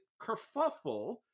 kerfuffle